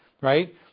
right